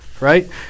Right